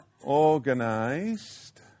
organized